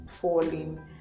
falling